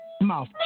mouth